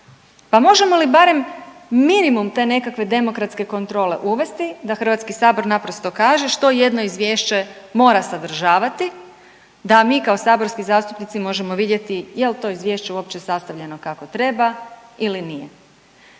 pa možemo li barem minimum te nekakve demokratske kontrole uvesti da Hrvatski sabor naprosto kaže što jedno izvješće mora sadržavati da mi kao saborski zastupnici možemo vidjeti jel to izvješće uopće sastavljeno kako treba ili nije.